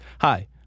Hi